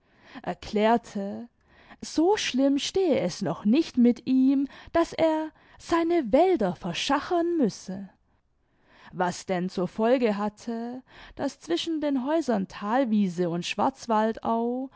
erklärte so schlimm stehe es noch nicht mit ihm daß er seine wälder verschachern müsse was denn zur folge hatte daß zwischen den häusern thalwiese und schwarzwaldau